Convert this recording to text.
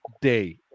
day